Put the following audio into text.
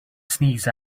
sneeze